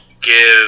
give